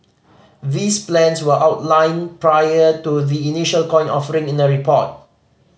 these plans were outlined prior to the initial coin offering in a report